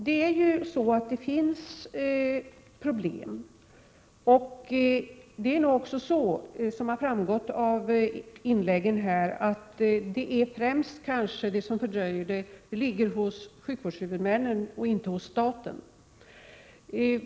Det finns problem. Som framgått av inläggen här, är det kanske främst sjukvårdshuvudmännen och inte staten som fördröjer det hela.